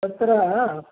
तत्र